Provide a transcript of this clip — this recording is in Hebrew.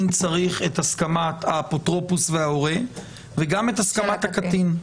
צריך את הסכמת האפוטרופוס וההורה וגם את הסכמת הקטין.